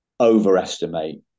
overestimate